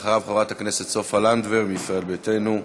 אחריו, חברת הכנסת סופה לנדבר מישראל ביתנו,